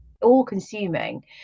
all-consuming